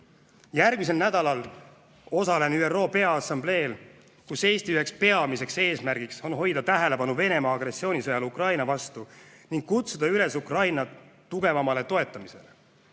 Järgmisel nädalal osalen ÜRO Peaassambleel, kus Eesti üheks peamiseks eesmärgiks on hoida tähelepanu Venemaa agressioonisõjal Ukraina vastu ning kutsuda üles Ukraina tugevamale toetamisele.